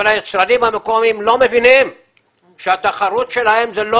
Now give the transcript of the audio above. אבל היצרנים המקומיים לא מבינים שהתחרות שלהם היא לא